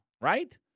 right